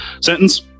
Sentence